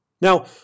Now